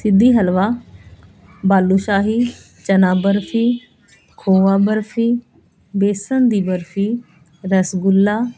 ਸਿੱਧੀ ਹਲਵਾ ਬਾਲੂ ਸ਼ਾਹੀ ਚਨਾ ਬਰਫ਼ੀ ਖੋਆ ਬਰਫ਼ੀ ਬੇਸਨ ਦੀ ਬਰਫ਼ੀ ਰਸਗੁੱਲਾ